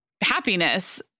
happiness